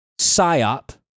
psyop